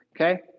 okay